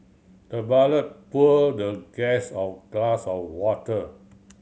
the butler poured the guest of glass of water